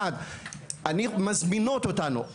מזמינות אותנו.